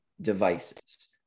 devices